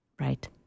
Right